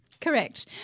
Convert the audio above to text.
Correct